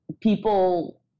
people